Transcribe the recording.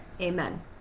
amen